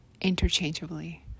interchangeably